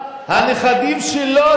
הנכדים שלו,